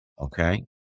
okay